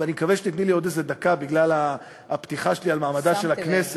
ואני מקווה שתיתני לי עוד איזה דקה בגלל הפתיחה שלי על מעמדה של הכנסת,